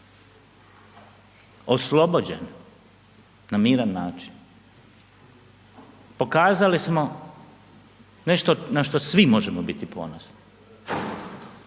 oslobođen na miran način, pokazali smo nešto na što svi možemo biti ponosni